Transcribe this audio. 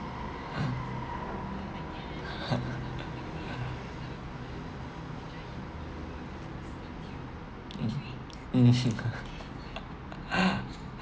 mm